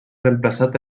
reemplaçat